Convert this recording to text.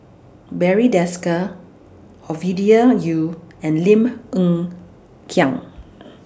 Barry Desker Ovidia Yu and Lim Hng Kiang